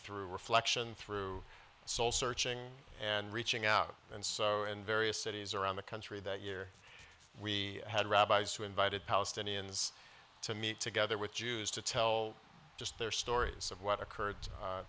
through reflection through soul searching and reaching out and so in various cities around the country that year we had rabbis who invited palestinians to meet together with jews to tell just their stories of what occurred